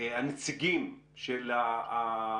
אני ראיתי קודם את אמיר ב-זום והעצה שלי אליו,